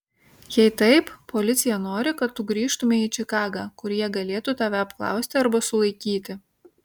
jei taip policija nori kad tu grįžtumei į čikagą kur jie galėtų tave apklausti arba sulaikyti